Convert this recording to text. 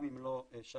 גם אם לא שלם,